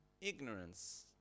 ignorance